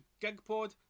GigPod